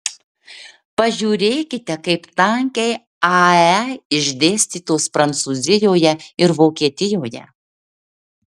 pažiūrėkite kaip tankiai ae išdėstytos prancūzijoje ir vokietijoje